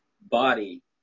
body